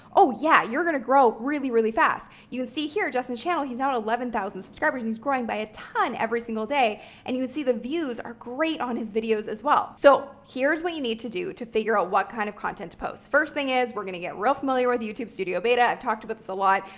oh yeah, you're going to grow really, really fast. you can see here, justin's channel, he's at eleven thousand subscribers. he's growing by a ton every single day and you can see the views are great on his videos as well. so here's what you need to do to figure out what kind of content posts. first thing is we're going to get real familiar with youtube studio beta. i've talked about this a lot,